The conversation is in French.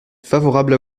favorable